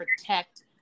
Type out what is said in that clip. protect